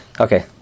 Okay